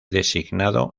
designado